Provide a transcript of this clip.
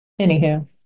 Anywho